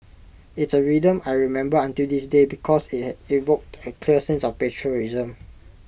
it's A rhythm I remember until this day because IT had evoked A clear sense of patriotism